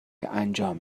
انجام